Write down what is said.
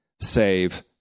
save